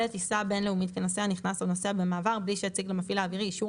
לטיסה בין-לאומית כנוסע נכנס או נוסע במעבר מבלי שהציג למפעיל האווירי אישור